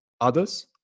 others